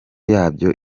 yabyo